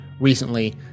recently